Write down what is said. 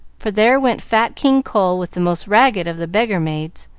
for there went fat king cole with the most ragged of the beggar-maids.